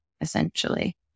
essentially